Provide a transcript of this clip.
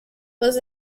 was